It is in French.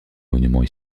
monuments